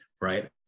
right